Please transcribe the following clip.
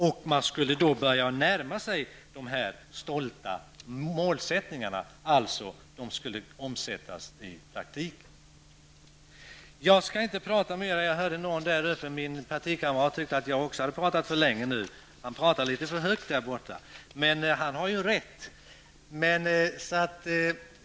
Om förslagen omsattes i praktiken, skulle man börja närma sig de stolta målen.